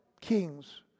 kings